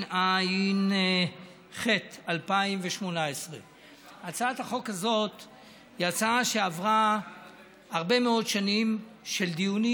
התשע"ח 2018. יצא שהצעת החוק הזאת עברה הרבה מאוד שנים של דיונים,